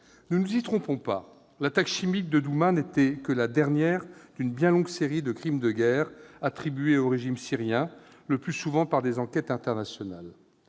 Ne nous y trompons pas : l'attaque chimique de Douma n'était que la dernière d'une bien longue série de crimes de guerre attribués au régime syrien, le plus souvent par des enquêtes internationales.